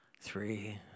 three